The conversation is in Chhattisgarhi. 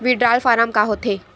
विड्राल फारम का होथेय